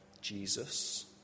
jesus